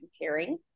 comparing